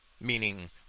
meaning